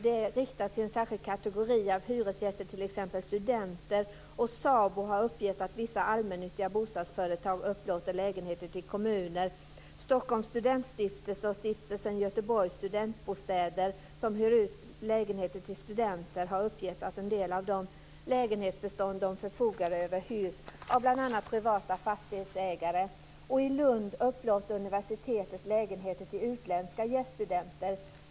Den riktas till en särskild kategori av hyresgäster, t.ex. studenter. SABO har uppgett att vissa allmännyttiga bostadsföretag upplåter lägenheter till kommuner. Stiftelsen Stockholms Studentbostäder och Stiftelsen Göteborgs Studentbostäder, som hyr ut lägenheter till studenter, har uppgett att en del av de lägenhetsbestånd de förfogar över hyrs av bl.a. privata fastighetsägare. I Lund upplåter universitetet lägenheter till utländska gäststudenter.